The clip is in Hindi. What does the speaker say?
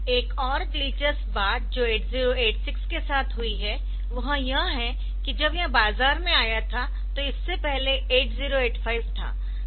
तो एक और दिलचस्प बात जो 8086 के साथ हुई है वह यह है कि जब यह बाजार में आया था तो इससे पहले 8085 था